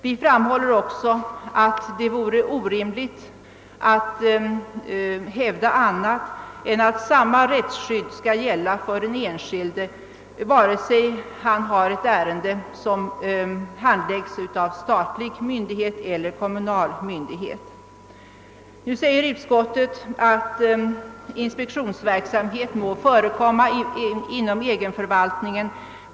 Vi framhåller också, att det vore orimligt att hävda något annat än att samma rättsskydd skall gälla för den enskilde vare sig hans ärende handläggs av en statlig eller kommunal myndighet. Utskottet säger, att inspektionsverksamhet må förekomma inom egenförvaltningen.